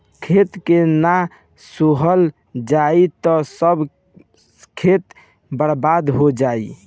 खेत के ना सोहल जाई त सब खेत बर्बादे हो जाई